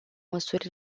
măsuri